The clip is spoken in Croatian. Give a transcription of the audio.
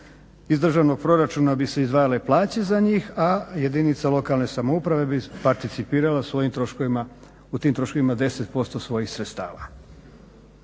Iz državnog proračuna bi se izdvajale plaće za njih, a jedinica lokalne samouprave bi participirala svojim troškovima u tim troškovima 10% svojih sredstava.